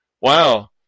wow